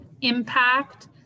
impact